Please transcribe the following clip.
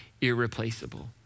Irreplaceable